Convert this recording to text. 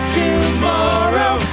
tomorrow